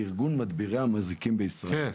ארגון מדבירי המזיקים בישראל.